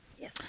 Yes